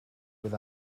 with